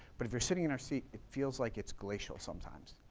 but if you're sitting in our seat it feels like it's glacial sometimes.